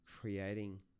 creating